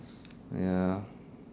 ya